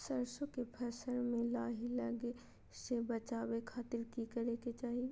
सरसों के फसल में लाही लगे से बचावे खातिर की करे के चाही?